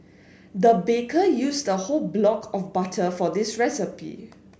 the baker used a whole block of butter for this recipe